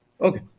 Okay